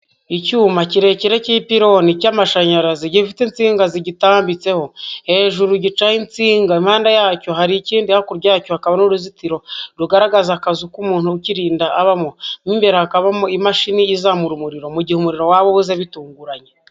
Icyuma kirekire cy'ipironi cy'amashanyarazi, gifite insinga zigitambitseho, hejuru gicaho insinga impande yacyo hari ikindi, hakurya yacyo hakaba uruzitiro rugaragaza akazu k'umuntu ukirinda abamo, mo imbere hakabamo imashini izamura umuriro mu gihe umuriro waba ubuze bitunguranye.